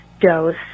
dose